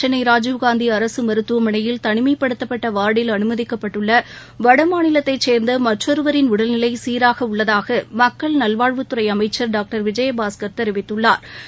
சென்னை ராஜீவ்காந்தி அரசு மருத்துவமனையில் தளிமைப் படுத்தப்பட்ட வார்டில் அனுமதிக்கப்பட்டுள்ள வடமாநிலத்தைச் சேர்ந்த மற்றொருவரின் உடல்நிலை சீராக உள்ளதாக மக்கள் நல்வாழ்வுத்துறை அமைச்சா் டாக்டர் விஜயபாஸ்கா் தெரிவித்துள்ளாா்